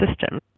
system